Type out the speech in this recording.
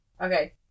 Okay